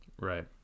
Right